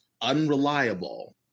unreliable